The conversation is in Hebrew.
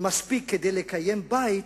כדי לקיים בית,